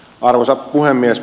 arvoisa puhemies